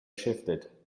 shifted